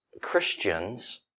Christians